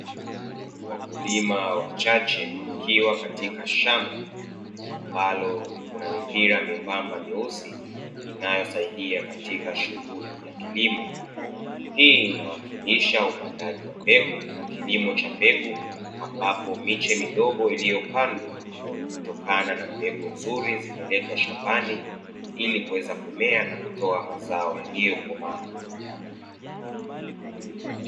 Wakulima wachache wakiwa katika shamba ambalo kuna mipira myembamba myeusi, inayosaidia katika shughuli za kilimo, hii ina wakilisha upandaji wa mbegu na kilimo cha mbegu, ambapo miche midogo iliyo pandwa kutokana na mbegu nzuri zimeletwa shambani ili kuweza kumea na kutoa mazao yaliyo komaa.